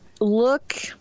look